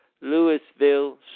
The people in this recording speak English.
Louisville